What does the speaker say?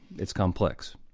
it's complex.